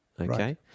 Okay